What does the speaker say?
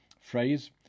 phrase